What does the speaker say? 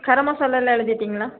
கரம் மசாலாவெலாம் எழுதிட்டிங்களா